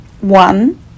one